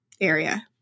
area